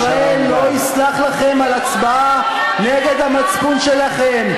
עם ישראל לא יסלח לכם על הצבעה נגד המצפון שלכם.